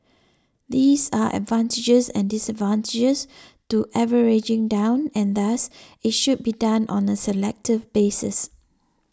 this are advantages and disadvantages to averaging down and thus it should be done on a selective basis